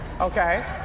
okay